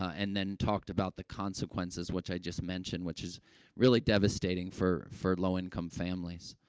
and then talked about the consequences, which i just mentioned, which is really devastating for for low-income families.